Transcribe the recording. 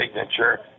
signature